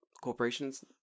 Corporations